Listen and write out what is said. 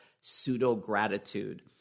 pseudo-gratitude